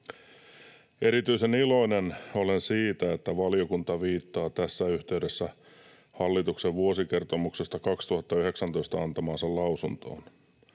Erityisen iloinen olen siitä, että valiokunta viittaa tässä yhteydessä hallituksen vuosikertomuksesta 2019 antamaansa lausuntoon.